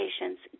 patients